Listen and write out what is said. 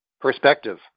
Perspective